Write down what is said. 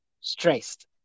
stressed